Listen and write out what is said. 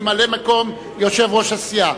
ממלא-מקום יושב-ראש הסיעה,